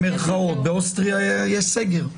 באוסטריה יש סגר.